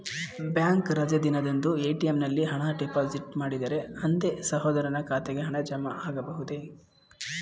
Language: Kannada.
ಬ್ಯಾಂಕ್ ರಜೆ ದಿನದಂದು ಎ.ಟಿ.ಎಂ ನಲ್ಲಿ ಹಣ ಡಿಪಾಸಿಟ್ ಮಾಡಿದರೆ ಅಂದೇ ಸಹೋದರನ ಖಾತೆಗೆ ಹಣ ಜಮಾ ಆಗಬಹುದೇ?